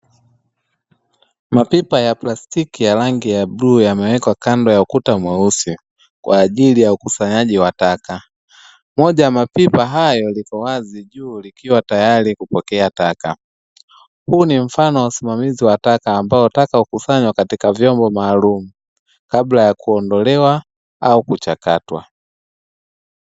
Mapipa ya plastiki ya rangi ya bluu yamewekwa kando ya ukuta mweusi kwa ajili ya ukusanyaji wa taka, moja ya mapipa hayo liko wazi juu likiwa tayari kupokea taka, huu ni mfano wa usimamizi wa taka ambao taka hukusanywa katika vyombo maalum kabla ya kuondolewa au kuchakatwa .